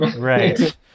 Right